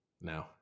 No